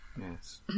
yes